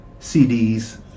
CDs